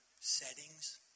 settings